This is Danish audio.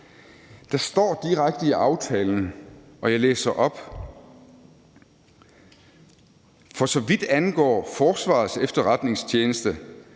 Der står direkte i aftalen – og jeg læser op: For så vidt angår Forsvarets Efterretningstjeneste,